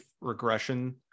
regression